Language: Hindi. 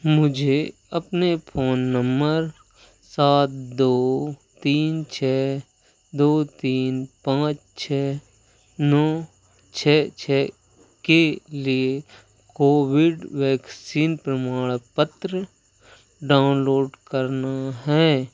मुझे अपने फोन नंबर सात दो तीन छ दो तीन पाँच छ नौ छ छ के लिए कोविड वैक्सीन प्रमाणपत्र डाउनलोड करना है